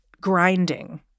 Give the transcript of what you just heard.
grinding